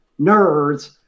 nerds